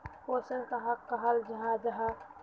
पोषण कहाक कहाल जाहा जाहा?